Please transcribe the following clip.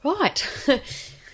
right